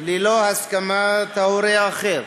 ללא הסכמת ההורה האחר.